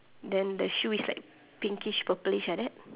then the shoe is like pinkish purplish like that